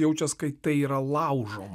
jaučias kai tai yra laužoma